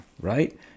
right